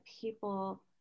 people